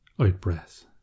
out-breath